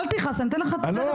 אל תכעס, אני נותנת לך פתרון.